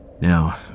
Now